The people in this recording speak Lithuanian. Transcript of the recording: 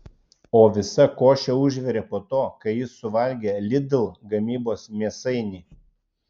o visa košė užvirė po to kai jis suvalgė lidl gamybos mėsainį